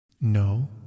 No